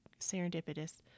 serendipitous